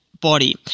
body